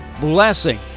blessing